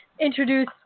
Introduce